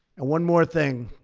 and one more thing.